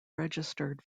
registered